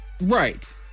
right